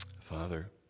Father